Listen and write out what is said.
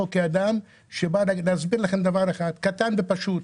אני מסיים עכשיו 50 שנות עבודה.